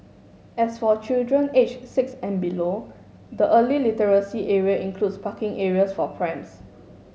as for children aged six and below the early literacy area includes parking areas for prams